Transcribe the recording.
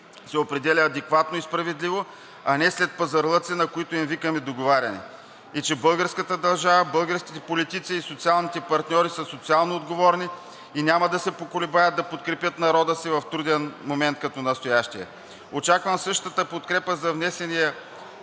се определя адекватно и справедливо, а не след пазарлъци, на които им викаме договаряне, и че българската държава, българските политици и социалните партньори са социално отговорни и няма да се поколебаят да подкрепят народа си в труден момент като настоящия. Очаквам същата подкрепа за внесения